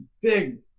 big